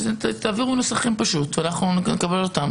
פשוט תעבירו נוסחים, ואנחנו נקבל אותם.